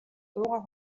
дуугаа